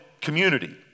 community